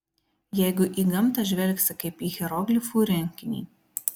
jeigu į gamtą žvelgsi kaip į hieroglifų rinkinį